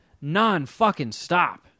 non-fucking-stop